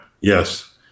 Yes